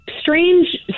strange